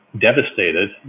Devastated